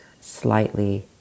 slightly